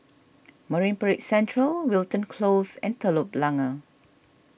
Marine Parade Central Wilton Close and Telok Blangah